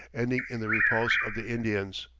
ending in the repulse of the indians.